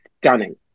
stunning